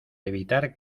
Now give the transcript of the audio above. evitar